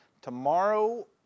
tomorrow